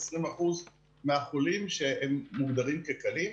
20% מהחולים שהם מוגדרים כקלים.